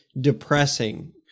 depressing